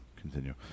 continue